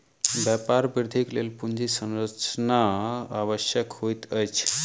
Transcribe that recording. व्यापार वृद्धिक लेल पूंजी संरचना आवश्यक होइत अछि